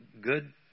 good